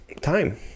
time